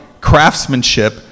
craftsmanship